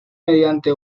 mediante